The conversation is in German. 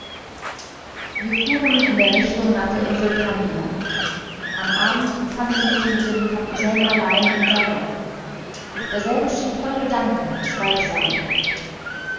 wir fuhren in der richtung nach der insel kandia am abend befand ich mich mit dem kapitän allein im salon derselbe schien voll gedanken schweigsam